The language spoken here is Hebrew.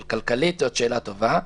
אבל כלכלית זאת שאלה טובה.